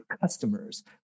customers